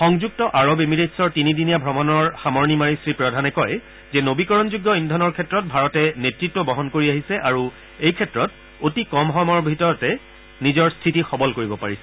সংযুক্ত আৰব এমিৰেটছৰ তিনিদিনীয়া ভ্ৰমণৰ সামৰণি মাৰি শ্ৰীপ্ৰধানে কয় যে নবীকৰণযোগ্য ইন্ধনৰ ক্ষেত্ৰত ভাৰতে নেতৃত্ব বহন কৰি আহিছে আৰু এই ক্ষেত্ৰত অতি কম সময়ৰ ভিতৰতে নিজৰ স্থিতি সবল কৰিব পাৰিছে